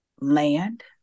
land